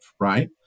right